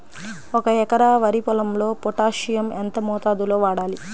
ఒక ఎకరా వరి పొలంలో పోటాషియం ఎంత మోతాదులో వాడాలి?